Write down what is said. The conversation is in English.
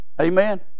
Amen